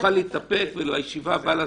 תוכל להתאפק ולדבר בישיבה הבאה.